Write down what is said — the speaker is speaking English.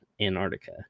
Antarctica